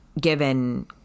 given